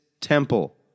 temple